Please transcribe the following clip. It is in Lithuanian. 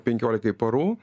penkiolikai parų